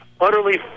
utterly